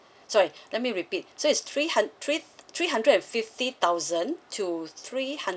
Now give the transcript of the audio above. sorry let me repeat so is three hun~ three three hundred and fifty thousand to three